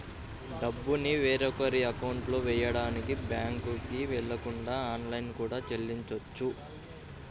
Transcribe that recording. డబ్బుని వేరొకరి అకౌంట్లో వెయ్యడానికి బ్యేంకుకి వెళ్ళకుండా ఆన్లైన్లో కూడా చెల్లించొచ్చు